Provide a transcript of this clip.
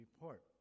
report